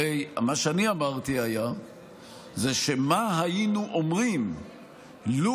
הרי מה שאני אמרתי היה מה היינו אומרים לו